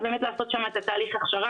אז באמת לעשות שם את תהליך ההכשרה.